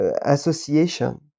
Association